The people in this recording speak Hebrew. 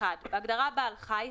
(1)בהגדרה "בעל חי",